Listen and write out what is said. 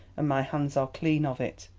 and my hands are clean of it.